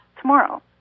tomorrow